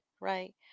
right